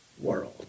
world